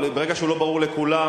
אבל ברגע שהוא לא ברור לכולם,